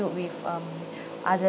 filled with um other